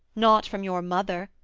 not from your mother,